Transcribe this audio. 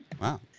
Wow